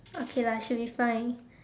okay lah should be fine